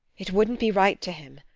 it wouldn't be right to him.